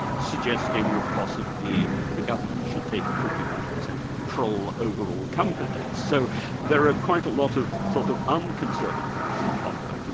suggesting that possibly the government should take a fifty five percent control over all companies. so there are quite a lot of sort of unconservative things in popper,